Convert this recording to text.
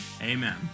Amen